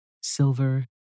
silver